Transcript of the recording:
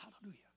Hallelujah